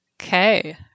Okay